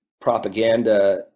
propaganda